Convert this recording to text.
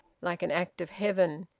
like an act of heaven!